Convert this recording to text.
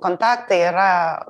kontaktai yra